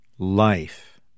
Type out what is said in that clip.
life